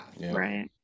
Right